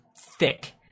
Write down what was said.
thick